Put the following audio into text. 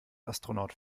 astronaut